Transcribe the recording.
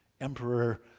Emperor